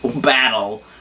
battle